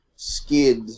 skid